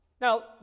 Now